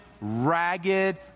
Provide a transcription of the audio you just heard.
ragged